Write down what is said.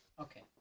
Okay